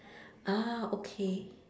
ah okay